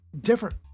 different